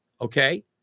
okay